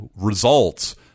results